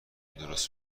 درست